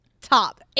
top